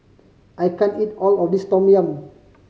I can't eat all of this tom yum